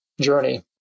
journey